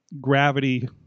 gravity